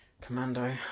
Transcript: Commando